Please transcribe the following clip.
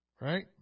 Right